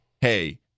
Hey